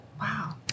wow